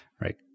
right